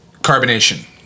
carbonation